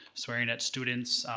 swearing at students,